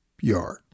yard